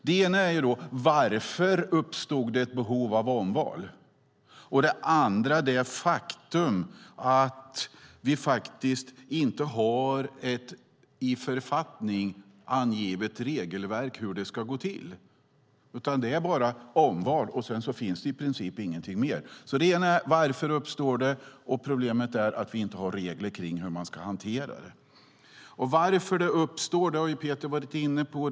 Det ena är varför det uppstod ett behov av omval. Det andra är det faktum att vi inte har ett i författning angivet regelverk för hur detta ska gå till. Det är bara omval, och sedan finns det i princip ingenting mer. Det ena problemet är alltså varför behovet uppstår, och det andra är att vi inte har regler för hur vi ska hantera omval. Peter har varit inne på orsaken till att behov av omval uppstår.